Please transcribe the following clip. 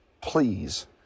Please